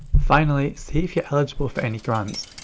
finally, see if you're eligible for any grants.